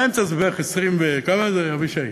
האמצע זה בערך 20, כמה זה, אבישי?